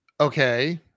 Okay